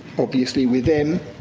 obviously, with them,